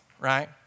right